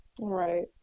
Right